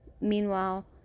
Meanwhile